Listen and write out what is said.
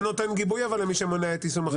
אבל אתה נותן גיבוי למי שמונע את יישום החוק.